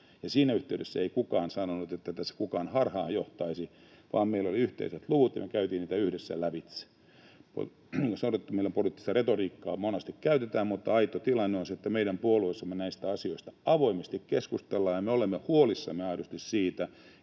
siinä yhteydessä kukaan sanonut, että tässä kukaan harhaan johtaisi, vaan meillä oli yhteiset luvut ja me käytiin niitä yhdessä lävitse. Mainitunlaista poliittista retoriikkaa meillä monesti käytetään, mutta aito tilanne on se, että meidän puolueessamme näistä asioista avoimesti keskustellaan, ja me olemme aidosti huolissamme siitä,